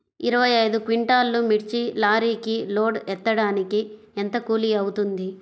ఇరవై ఐదు క్వింటాల్లు మిర్చి లారీకి లోడ్ ఎత్తడానికి ఎంత కూలి అవుతుంది?